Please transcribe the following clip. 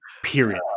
period